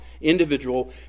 individual